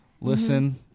Listen